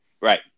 Right